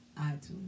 iTunes